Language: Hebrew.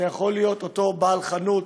זה יכול להיות אותו בעל חנות,